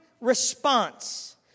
response